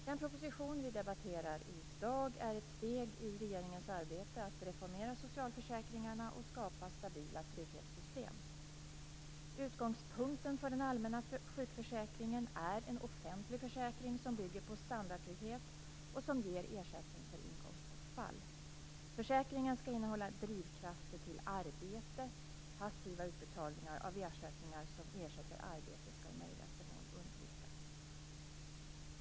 Herr talman! Den proposition som vi debatterar i dag är ett steg i regeringens arbete med att reformera socialförsäkringarna och skapa stabila trygghetssystem. Utgångspunkten för den allmänna sjukförsäkringen är en offentlig försäkring som bygger på standardtrygghet och som ger ersättning för inkomstbortfall. Försäkringen skall innehålla drivkrafter till arbete. Passiva utbetalningar av ersättningar som ersätter arbete skall i möjligaste mån undvikas.